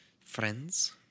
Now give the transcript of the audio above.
friends